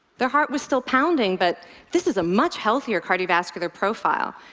their heart was still pounding, but this is a much healthier cardiovascular profile.